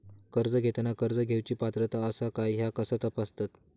कर्ज घेताना कर्ज घेवची पात्रता आसा काय ह्या कसा तपासतात?